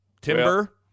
Timber